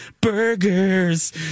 burgers